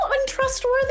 untrustworthy